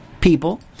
people